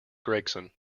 gregson